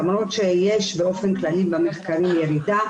למרות שיש באופן כללי במחקרים ירידה,